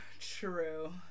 true